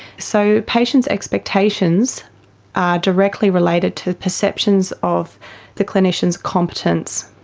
so patients' expectations are directly related to perceptions of the clinician's competence,